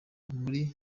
muri